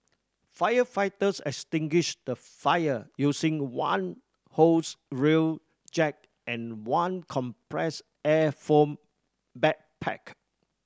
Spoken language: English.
firefighters extinguished the fire using one hose reel jet and one compressed air foam backpack